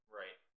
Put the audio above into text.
right